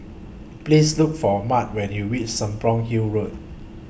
Please Look For Maud when YOU REACH Serapong Hill Road